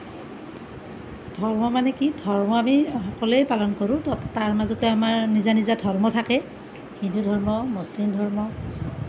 ধৰ্ম মানে কি ধৰ্ম আমি সকলোৱে পালন কৰোঁ তাৰ মাজতে আমাৰ নিজা নিজা ধৰ্ম থাকে হিন্দু ধৰ্ম মুছলিম ধৰ্ম